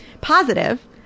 positive